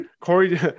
Corey